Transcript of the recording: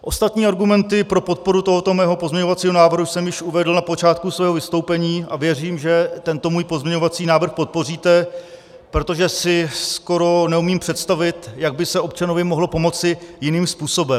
Ostatní argumenty pro podporu tohoto svého pozměňovacího návrhu jsem již uvedl na počátku svého vystoupení a věřím, že tento můj pozměňovací návrh podpoříte, protože si skoro neumím představit, jak by se občanovi mohlo pomoci jiným způsobem.